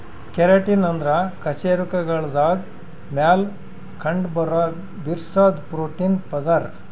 keratin ಅಂದ್ರ ಕಶೇರುಕಗಳ್ದಾಗ ಮ್ಯಾಲ್ ಕಂಡಬರಾ ಬಿರ್ಸಾದ್ ಪ್ರೋಟೀನ್ ಪದರ್